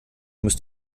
müsst